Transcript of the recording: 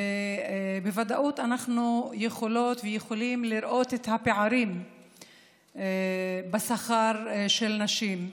בוודאות אנחנו יכולות ויכולים לראות את הפערים בשכר של נשים.